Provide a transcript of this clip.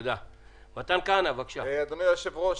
אדוני היושב-ראש,